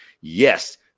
Yes